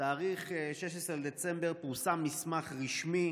בתאריך 16 בדצמבר פורסם מסמך רשמי